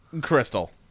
Crystal